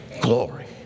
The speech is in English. glory